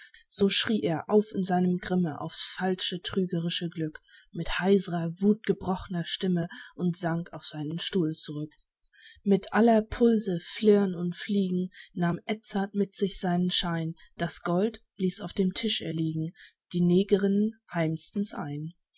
so schrie er auf in seinem grimme aufs falsche trügerische glück mit heisrer wuthgebrochner stimme und sank auf seinen stuhl zurück bei aller pulse flirrn und fliegen rahm edzard mit sich seinen schein das gold ließ auf dem tisch er liegen die negerinnen heimsten's ein